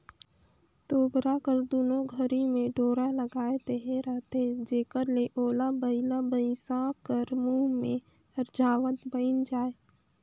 तोबरा कर दुनो घरी मे डोरा लगाए देहे रहथे जेकर ले ओला बइला भइसा कर मुंह मे अरझावत बइन जाए